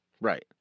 Right